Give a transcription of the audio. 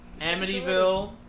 Amityville